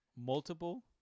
Multiple